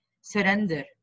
surrender